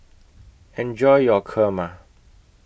eenjoy your Kurma